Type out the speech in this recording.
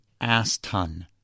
ass-ton